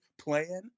plan